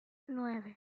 nueve